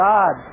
God